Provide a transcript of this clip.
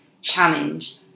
challenge